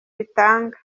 bitanga